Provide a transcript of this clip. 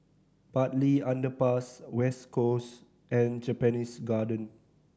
Bartley Underpass West Coast and Japanese Garden